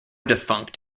defunct